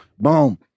boom